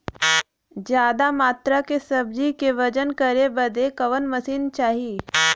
ज्यादा मात्रा के सब्जी के वजन करे बदे कवन मशीन चाही?